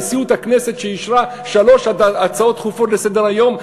נשיאות הכנסת שאישרה שלוש הצעות דחופות לסדר-היום,